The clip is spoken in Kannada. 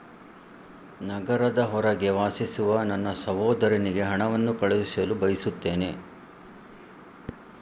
ನಗರದ ಹೊರಗೆ ವಾಸಿಸುವ ನನ್ನ ಸಹೋದರನಿಗೆ ಹಣವನ್ನು ಕಳುಹಿಸಲು ಬಯಸುತ್ತೇನೆ